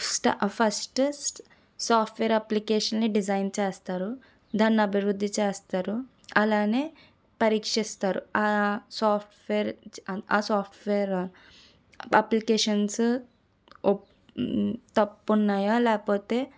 first software అప్లికేషన్ని design చేస్తారు దాన్ని అభివృద్ధి చేస్తారు అలానే పరీక్షిస్తారు సాఫ్ట్వేర్ సాఫ్ట్వేర్ అప్లికేషన్స్ తప్పు ఉనాయా లేకపోతే